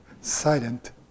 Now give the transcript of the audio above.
silent